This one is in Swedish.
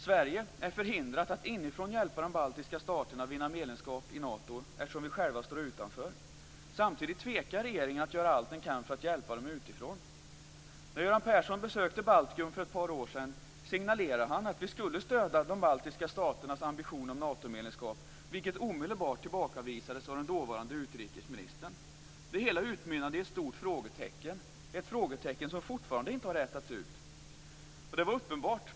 Sverige är förhindrat att inifrån hjälpa de baltiska staterna att vinna medlemskap i Nato eftersom vi själva står utanför. Samtidigt tvekar regeringen att göra allt den kan för att hjälpa dem utifrån. När Göran Persson besökte Baltikum för ett par år sedan signalerade han att vi skulle stödja de baltiska staternas ambition om Natomedlemskap, vilket omedelbart tillbakavisades av den dåvarande utrikesministern. Det hela utmynnade i ett stort frågetecken. Ett frågetecken som fortfarande inte har rätats ut.